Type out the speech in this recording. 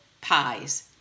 pies